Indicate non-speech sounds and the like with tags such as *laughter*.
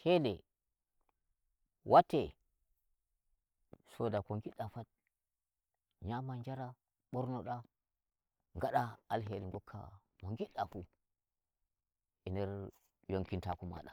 Shede watte soda ko ngiɗɗa, pat nyama njara bornoɗa, ngaɗa alheri ngokka mo ngiɗɗa fuu e nder yonkinta ku mada. *noise*